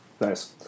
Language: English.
Nice